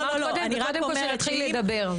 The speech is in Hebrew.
את אמרת קודם, וקודם כל שנתחיל לדבר.